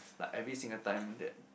like every single time that